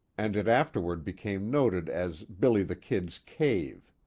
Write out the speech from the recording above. and it afterward became noted as billy the kid's cave.